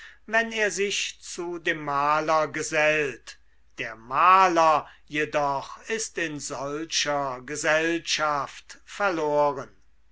wenn er sich zu dem maler gesellt der maler jedoch ist in solcher gesellschaft verloren